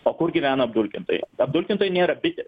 o kur gyvena apdulkintojai apdulkintojai nėra bitės